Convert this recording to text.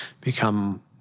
become